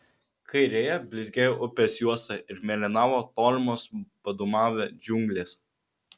kairėje blizgėjo upės juosta ir mėlynavo tolimos padūmavę džiunglės